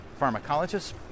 pharmacologist